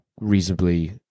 reasonably